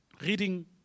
reading